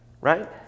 Right